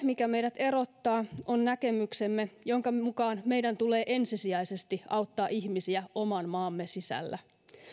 mikä meidät erottaa on näkemyksemme jonka mukaan meidän tulee ensisijaisesti auttaa ihmisiä oman maamme sisällä